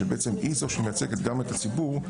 שהיא זאת שמייצגת גם את הציבור,